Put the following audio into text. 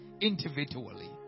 individually